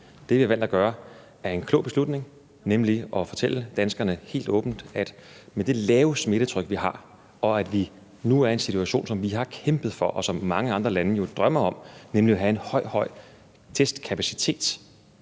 Det, vi har valgt at gøre, er en klog beslutning. Vi har valgt at fortælle danskerne helt åbent, at med det lave smittetryk, vi har, og at vi nu er i en situation, som vi har kæmpet for, og som mange andre lande jo drømmer om, nemlig at have en høj, høj testkapacitet,